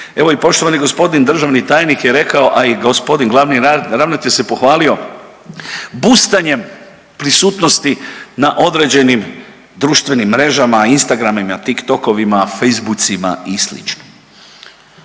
evo i poštovani g. državni tajnik je rekao, a i g. glavni ravnatelj se pohvalio, bustanjem prisutnosti na određenim društvenim mrežama Instagramima, Tik Tokovima, Fejsbucima i sl.